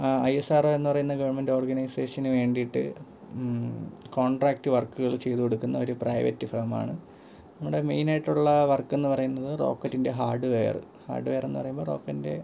I S R O എന്ന് പറയുന്ന government ഓർഗനൈസേഷന് വേണ്ടിയിട്ട് കോൺട്രാക്ട് വർക്കുകൾ ചെയ്തുകൊടുക്കുന്ന ഒരു പ്രൈവറ്റ് ഫേം ആണ് നമ്മുടെ മെയ്ൻ ആയിട്ടുള്ള വർക്ക് എന്ന് പറയുന്നത് റോക്കറ്റിൻ്റെ ഹാർഡ്വെയറ് ഹാർഡ്വെയർ എന്ന് പറയുമ്പോൾ റോക്കറ്റിൻ്റെ